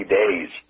days